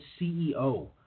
CEO